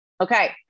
okay